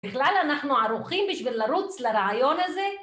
בכלל אנחנו ערוכים בשביל לרוץ לרעיון הזה?